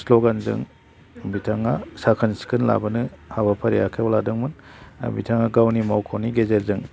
स्ल'गानजों बिथाङा साखोन सिखोन लाबोनो हाबाफारि आखाइयाव लादोंमोन आरो बिथाङा गावनि मावख'नि गेजेरजों